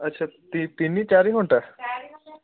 ଆଚ୍ଛା ତିନି ଚାରି ଘଣ୍ଟା